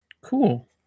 cool